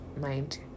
mind